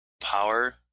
power